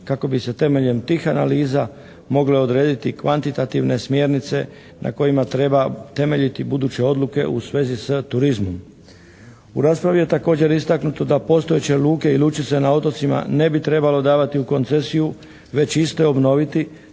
kako bi se temeljem tih analiza mogle odrediti kvantitativne smjernice na kojima treba temeljiti buduće odluke u svezi s turizmom. U raspravi je također istaknuto da postojeće luke i lučice na otocima ne bi trebalo davati u koncesiju već iste obnoviti